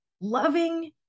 loving